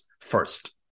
first